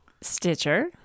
Stitcher